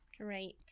Great